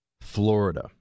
Florida